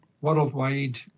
worldwide